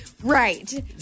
Right